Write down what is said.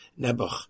Nebuch